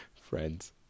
friends